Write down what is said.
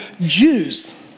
Jews